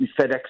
FedEx